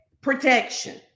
protection